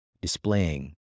displaying